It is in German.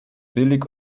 billig